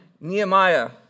Nehemiah